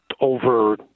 over